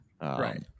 right